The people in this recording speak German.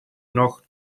noch